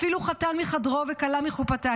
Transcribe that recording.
אפילו חתן מחדרו וכלה מחופתה,